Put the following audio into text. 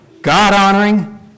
God-honoring